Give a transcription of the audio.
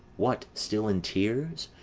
what, still in tears?